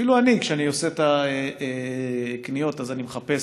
אפילו אני, כשאני עושה את הקניות, אז אני מחפש